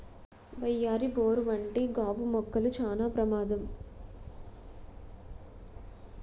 వయ్యారి బోరు వంటి గాబు మొక్కలు చానా ప్రమాదం